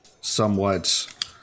somewhat